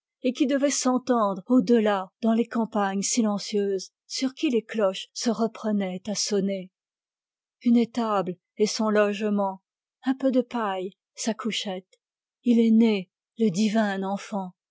et qui devait s'entendre au delà dans les campagnes silencieuses sur qui les cloches se reprenaient à sonner une étable est son logement un peu de paille sa couchette il est né le divin enfant